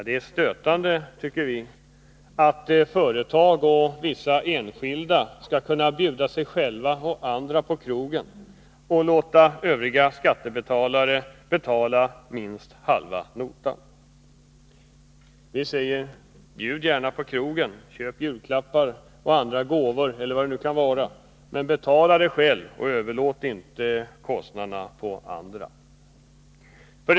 Det är enligt vår mening stötande att företag och vissa enskilda skall kunna bjuda sig själva och andra på krogen och låta övriga skattebetalare betala minst halva notan. Vi säger: Bjud gärna på krogen och köp julklappar och andra gåvor, men betala det själva och överlåt inte detta på andra. 4.